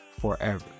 forever